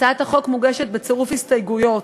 הצעת החוק מוגשת בצירוף הסתייגויות.